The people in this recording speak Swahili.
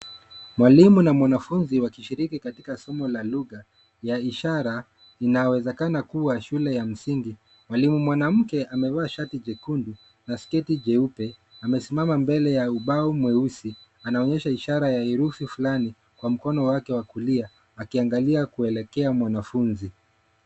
Mwalimu na mwanafunzi wakishiriki katika somo ya lugha ya ishara. Inawezekana kuwa shule ya msingi. Mwalimu mwanamke amevaa shati jekundu na sketi jeupe. Amesimama mbele ya ubao mweusi. Anaonyesha ishara ya herufi fulani kwa mkono wake wa kulia akiangalia kuelekea mwanafunzi.